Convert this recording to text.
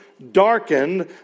darkened